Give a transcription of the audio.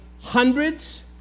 hundreds